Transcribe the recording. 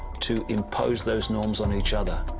to impose those norms on eachother.